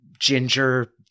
ginger